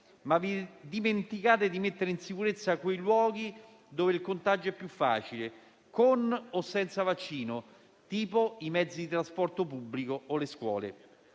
ma dimenticate di mettere in sicurezza quei luoghi dove il contagio è più facile, con o senza vaccino, tipo i mezzi di trasporto pubblico o le scuole.